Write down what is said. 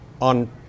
on